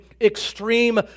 extreme